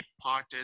parted